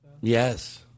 yes